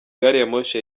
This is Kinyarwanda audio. gariyamoshi